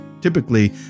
typically